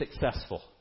successful